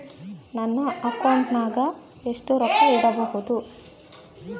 ನನ್ನ ಅಕೌಂಟಿನಾಗ ಎಷ್ಟು ರೊಕ್ಕ ಇಡಬಹುದು?